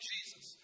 Jesus